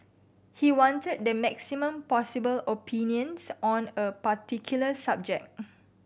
he wanted the maximum possible opinions on a particular subject